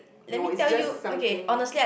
no it's just something